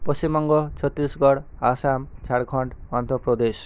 Paschimbanga Chhattisgarh Assam Jharkhand Andhra Pradesh